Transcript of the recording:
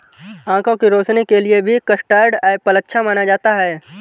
आँखों की रोशनी के लिए भी कस्टर्ड एप्पल अच्छा माना जाता है